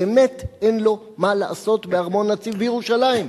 באמת אין לו מה לעשות בארמון הנציב בירושלים.